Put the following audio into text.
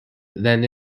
than